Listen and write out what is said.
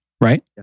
right